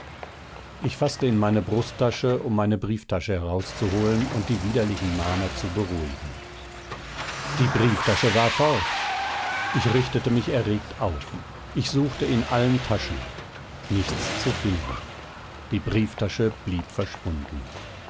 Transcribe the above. ich faßte in meine brusttasche um meine brieftasche herauszuholen und die widerlichen mahner zu beruhigen die brieftasche war fort ich richtete mich erregt auf ich suchte in allen taschen nichts zu finden die brieftasche blieb verschwunden